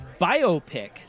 biopic